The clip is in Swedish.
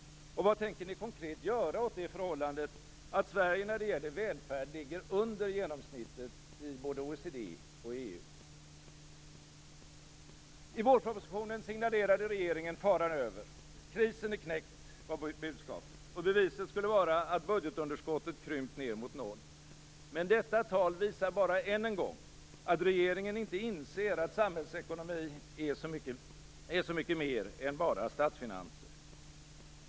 Och vad tänker ni konkret göra åt det förhållandet att Sverige när det gäller välfärd ligger under genomsnittet i både OECD och EU? I vårpropositionen signalerade regeringen faran över. Krisen är knäckt, var budskapet. Beviset skulle vara att budgetunderskottet krympt ned mot noll. Men detta tal visar bara än en gång att regeringen inte inser att samhällsekonomi är så mycket mer än bara statsfinanser.